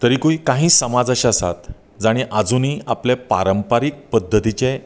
तरीकूय काही समाज अशे आसात जाणी आजुनूय आपले पारंपारीक पद्दतीचे